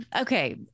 okay